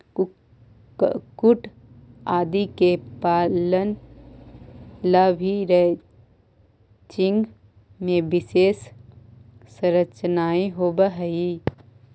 कुक्कुट आदि के पालन ला भी रैंचिंग में विशेष संरचनाएं होवअ हई